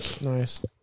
Nice